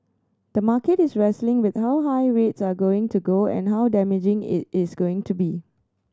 the market is wrestling with how high rates are going to go and how damaging it is going to be